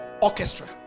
orchestra